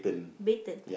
baton